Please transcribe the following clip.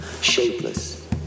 shapeless